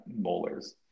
molars